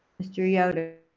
mr. yoder.